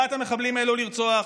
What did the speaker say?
לרשות שעודדה את המחבלים האלה לרצוח,